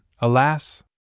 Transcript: alas